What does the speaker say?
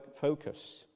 focus